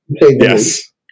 Yes